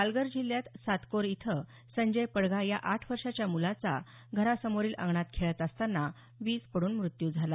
पालघर जिल्ह्यात सातकोर इथं संजय पडघा या आठ वर्षाच्या मुलाचा घरासमोरील अंगणात खेळत असतांना वीज पडून मृत्यू झाला